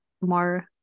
more